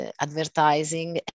advertising